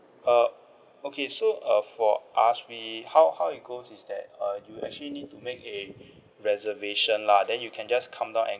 uh okay so uh for us we how how it goes is that uh you actually need to make a reservation lah then you can just come down and